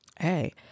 hey